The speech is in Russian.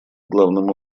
главным